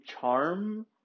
charm